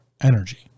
energy